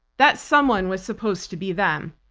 that someone was supposed to be them.